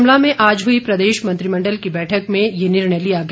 शिमला में आज हुई प्रदेश मंत्रिमंडल की बैठक में ये निर्णय लिया गया